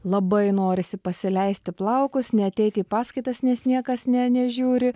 labai norisi pasileisti plaukus neateiti į paskaitas nes niekas ne nežiūri